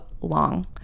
long